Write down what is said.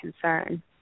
concern